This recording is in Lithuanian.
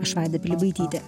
aš vaida pilibaitytė